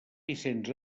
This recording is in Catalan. vicenç